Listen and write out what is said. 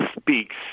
Speaks